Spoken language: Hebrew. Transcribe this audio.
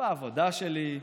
בעבודה שלי,